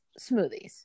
smoothies